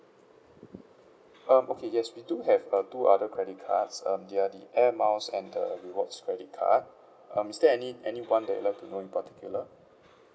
um okay yes we do have uh two other credit cards um they are the air miles and the rewards credit card um is there any any one that you love to know in particular